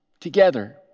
together